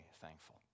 thankful